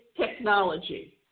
technology